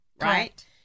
right